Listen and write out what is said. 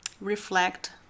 reflect